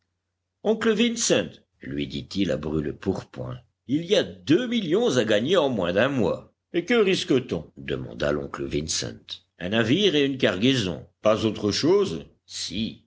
vincent lui dit-il à brûle-pourpoint il y a deux millions à gagner en moins d'un mois et que risque-t-on demanda l oncle incent n navire et une cargaison pas autre chose si